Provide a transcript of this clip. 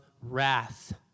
wrath